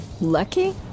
Lucky